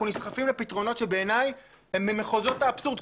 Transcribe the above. אבל אנחנו נסחפים לפתרונות שבעיניי הם ממחוזות האבסורד.